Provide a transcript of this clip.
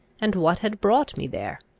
and what had brought me there?